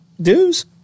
dues